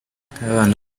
nk’abana